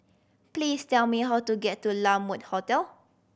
please tell me how to get to La Mode Hotel